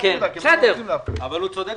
הוא צודק,